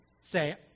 say